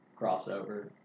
crossover